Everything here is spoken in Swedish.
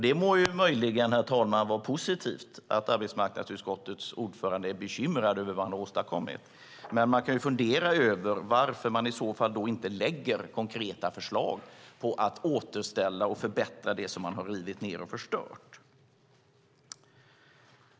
Det må möjligen, herr talman, vara positivt att arbetsmarknadsutskottets ordförande är bekymrad över vad han har åstadkommit. Men då funderar jag över varför man i så fall inte lägger konkreta förslag på att återställa och förbättra det som man har rivit ned och förstört.